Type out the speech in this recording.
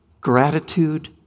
gratitude